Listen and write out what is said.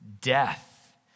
death